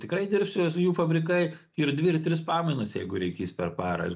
tikrai dirbs jos jų fabrikai ir dvi ir tris pamainas jeigu reikės per parą ir